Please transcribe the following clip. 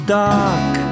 dark